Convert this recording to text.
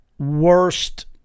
Worst